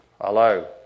Hello